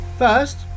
First